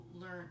learned